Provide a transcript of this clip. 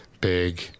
big